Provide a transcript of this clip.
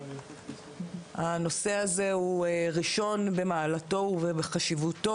הנושא הזה הוא ראשון במעלתו ובחשיבותו,